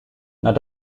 not